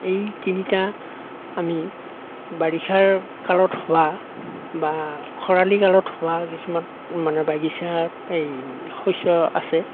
এই তিনিটা আমি বাৰিযাৰ কালত হোৱা বা খৰালি কালত হোৱা কিছুমান মানে বাগিচা এই শস্য আছে